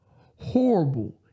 Horrible